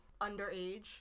underage